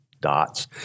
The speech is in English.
dots